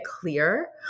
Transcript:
clear